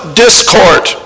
discord